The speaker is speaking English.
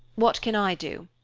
what can i do?